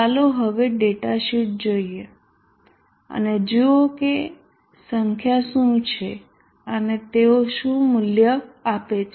ચાલો હવે ડેટાશીટ જોઈએ અને જુઓ કે સંખ્યા શું છે અને તેઓ શું મૂલ્યો આપે છે